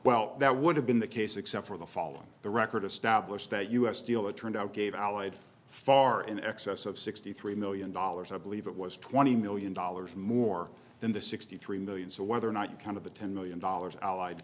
well that would have been the case except for the following the record established that u s steel it turned out gave allied far in excess of sixty three million dollars i believe it was twenty million dollars more than the sixty three million so whether or not you count of the ten million dollars allied